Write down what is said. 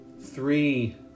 three